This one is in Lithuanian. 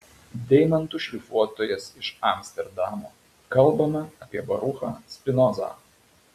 deimantų šlifuotojas iš amsterdamo kalbama apie baruchą spinozą